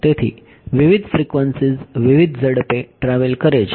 તેથી વિવિધ ફ્રીક્વન્સીઝ વિવિધ ઝડપે ટ્રાવેલ કરે છે